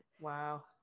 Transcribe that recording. Wow